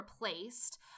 replaced